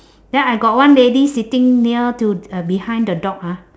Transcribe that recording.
then I got one lady sitting near to uh behind the dog ah